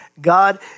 God